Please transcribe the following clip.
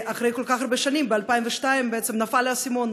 אחרי כל כך הרבה שנים, ב-2002, בעצם נפל האסימון.